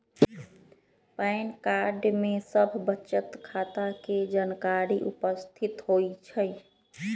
pan card में सभ बचत खता के जानकारी उपस्थित होइ छइ